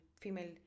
female